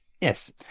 Yes